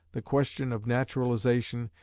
the question of naturalisation,